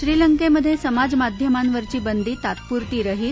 श्रीलंकेमधे समाजमाध्यमांवरची बंदी तात्पूरती रहित